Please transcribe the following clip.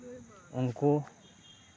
ᱩᱱᱠᱩ